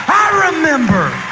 remember.